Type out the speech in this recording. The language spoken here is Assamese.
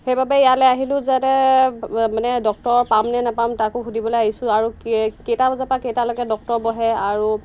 সেইবাবে ইয়ালৈ আহিলোঁ যাতে মানে ডক্টৰ পাম নে নাপাম তাকো সুধিবলৈ আহিছোঁ আৰু কেইটা বজাৰপৰা কেইটালৈকে ডক্টৰ বহে আৰু